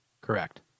Correct